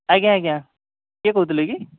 ଆଜ୍ଞା ଆଜ୍ଞା କିଏ କହୁଥିଲେ କି